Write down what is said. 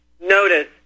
notice